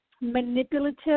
manipulative